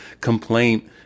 complaint